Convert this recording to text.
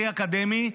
הכי אקדמי.